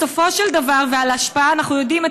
ועל ההשפעה אנחנו יודעים,